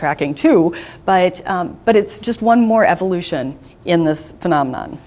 tracking to buy it but it's just one more evolution in this phenomenon